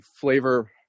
flavor